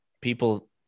people